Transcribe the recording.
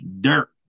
dirt